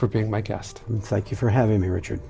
for being my cast thank you for having me richard